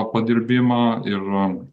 padirbimą ir